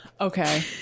Okay